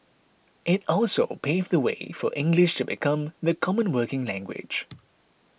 it also paved the way for English to become the common working language